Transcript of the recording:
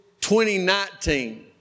2019